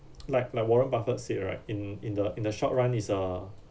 like like warren buffett said right in in the in the short run is uh